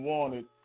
Wanted